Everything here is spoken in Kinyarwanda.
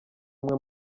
umwe